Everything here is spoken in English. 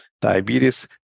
Diabetes